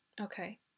okay